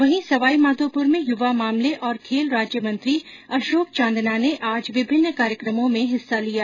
वहीं सवाईमाधोपुर में युवा मामले और खेल राज्य मंत्री अशोक चांदना ने आज विभिन्न कार्यक्रमों में हिस्सा लिया